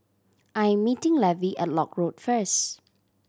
I'm meeting Levy at Lock Road first